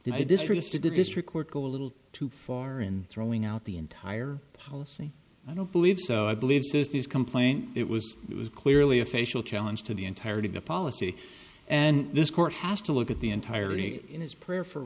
they distrusted the district court go a little too far in throwing out the entire policy i don't believe so i believe since these complaint it was it was clearly a facial challenge to the entirety of the policy and this court has to look at the entirely in his prayer for